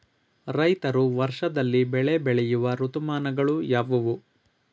ರೈತರು ವರ್ಷದಲ್ಲಿ ಬೆಳೆ ಬೆಳೆಯುವ ಋತುಮಾನಗಳು ಯಾವುವು?